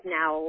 now